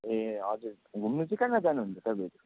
ए हजुर घुम्नु चाहिँ कहाँ कहाँ जानुहुन्छ तपाईँहरू